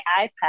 iPad